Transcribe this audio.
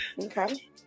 Okay